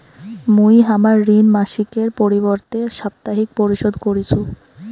মুই হামার ঋণ মাসিকের পরিবর্তে সাপ্তাহিক পরিশোধ করিসু